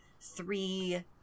Three